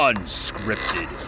Unscripted